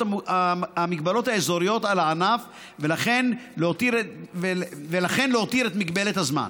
המגבלות האזוריות על הענף ולכן להותיר את מגבלת הזמן.